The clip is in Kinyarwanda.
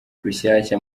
rushyashya